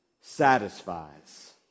satisfies